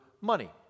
money